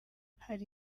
hari